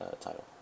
title